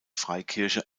freikirche